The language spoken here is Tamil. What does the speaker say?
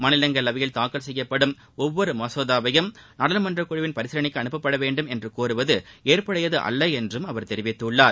மாநிலங்களவையில் தாக்கல் கெப்யப்படும் ஒவ்வொரு மசோதாவையும் நாடாளுமன்றக் குழுவிள் பரிசீலனைக்கு அனுப்பப்பட வேண்டும் என்று கோருவது ஏற்புடையது அல்ல என்றும் அவர் தெரிவித்துள்ளார்